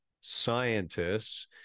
scientists